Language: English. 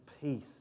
peace